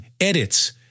edits